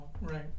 Right